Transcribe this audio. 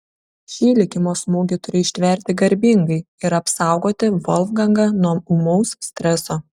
šį likimo smūgį turi ištverti garbingai ir apsaugoti volfgangą nuo ūmaus streso